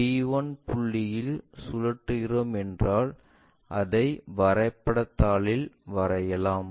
d1 புள்ளியில் சுழல்கிறோம் என்றால் அதை வரைபடத் தாளில் வரையலாம்